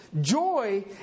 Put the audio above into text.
Joy